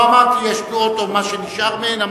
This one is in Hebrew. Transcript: לא אמרתי: יש תנועות או מה שנשאר מהן.